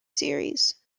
series